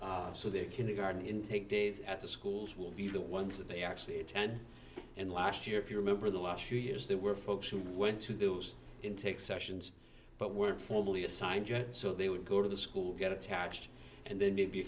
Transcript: so their kindergarten intake days at the schools will be the ones that they actually attended and last year if you remember the last few years there were folks who went to those intake sessions but were formally assigned yet so they would go to the school get attached and